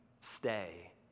stay